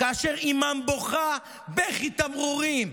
כאשר אימם בוכה בכי תמרורים,